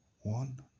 one